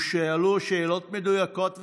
ושאלו את השרים והפקידים שאלות מדויקות וחדות,